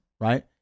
right